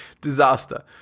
disaster